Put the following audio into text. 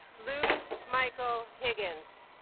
luke michael higgins